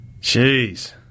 Jeez